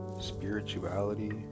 spirituality